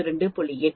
8 499